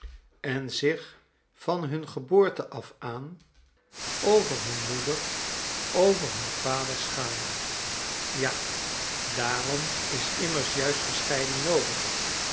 en zich van hun geboorte af aan over hun moeder over hun vader schamen ja daarom is immers juist een scheiding noodig